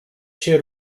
się